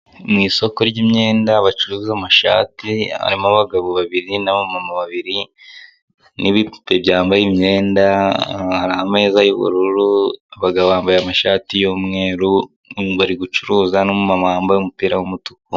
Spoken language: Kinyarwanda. Mu isoko ry'imyenda bacuruza amashati harimo abagabo n'abamama babiri n'ibipupe byambaye imyenda hari ameza y'ubururu abagabo bambaye amashati y'umweru bari gucuruza n'umama wambaye umupira w'umutuku.